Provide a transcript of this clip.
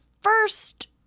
first